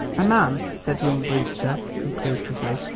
a man, said young brewster, conclusively,